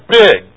big